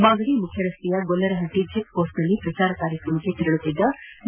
ಮಾಗಡಿ ಮುಖ್ಯ ರಸ್ತೆಯ Gollarahatti check post ನಲ್ಲಿ ಶ್ರಚಾರ ಕಾರ್ಯಕ್ರಮಕ್ಕೆ ತೆರಳುತ್ತಿದ್ದ ಡಿ